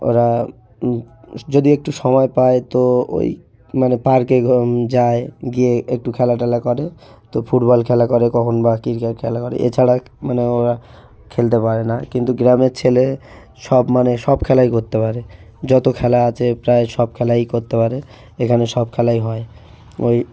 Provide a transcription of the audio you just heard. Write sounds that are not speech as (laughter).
ওরা যদি একটু সময় পায় তো ওই মানে পার্কে (unintelligible) যায় গিয়ে একটু খেলা টেলা করে তো ফুটবল খেলা করে কখন বা ক্রিকেট খেলা করে এছাড়া মানে ওরা খেলতে পারে না কিন্তু গ্রামের ছেলে সব মানে সব খেলাই করতে পারে যত খেলা আছে প্রায় সব খেলাই করতে পারে এখানে সব খেলাই হয় ওই